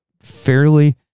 fairly